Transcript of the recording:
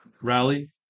rally